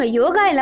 yoga